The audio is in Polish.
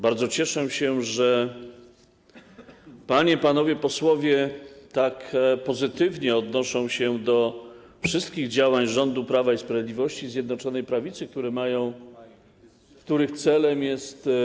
Bardzo cieszę się, że panie, panowie posłowie tak pozytywnie odnoszą się do wszystkich działań rządu Prawa i Sprawiedliwości, Zjednoczonej Prawicy, których celem jest.